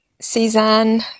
Suzanne